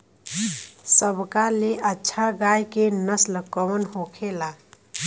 सबका ले अच्छा गाय के नस्ल कवन होखेला?